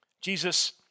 Jesus